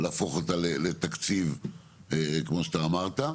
להפוך אותה לתקציב כמו שאתה אמרת,